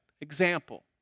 Example